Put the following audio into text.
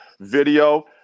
video